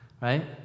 right